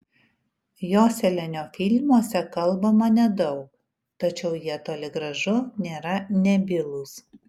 joselianio filmuose kalbama nedaug tačiau jie toli gražu nėra nebylūs